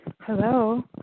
Hello